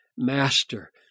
Master